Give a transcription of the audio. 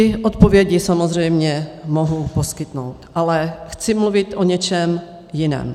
Ty odpovědi samozřejmě mohou poskytnout, ale chci mluvit o něčem jiném.